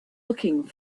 looking